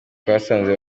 twasanze